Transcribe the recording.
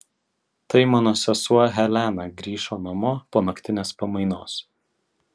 tai mano sesuo helena grįžo namo po naktinės pamainos